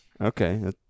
Okay